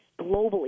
globally